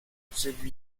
celui